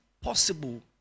possible